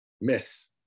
miss